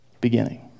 beginning